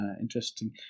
interesting